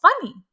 funny